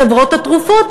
חברות התרופות,